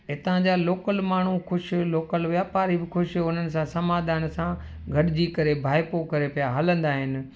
हितां जा लोकल माण्हू कुझु लोकल वापारी बि ख़ुशि उन्हनि सां समाधान सां गॾिजी करे भाइपो करे पिया हलंदा आहिनि